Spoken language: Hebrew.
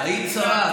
היית שרה,